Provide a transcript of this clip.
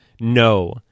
no –